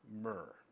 myrrh